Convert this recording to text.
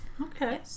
Okay